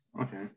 Okay